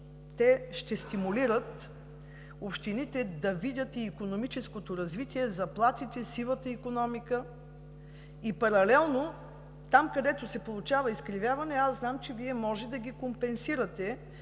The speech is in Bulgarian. те ще стимулират общините да видят и икономическото развитие, заплатите, сивата икономика и паралелно там, където се получава изкривяване, аз знам, че Вие може да ги компенсирате,